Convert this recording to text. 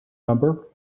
number